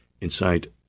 inside